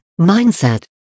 mindset